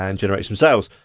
and generate some sales.